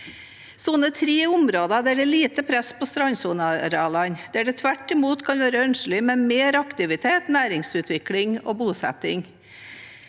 3 er områder der det er mindre press på strandsonearealene. Der kan det tvert imot være ønskelig med mer aktivitet, næringsutvikling og bosetting.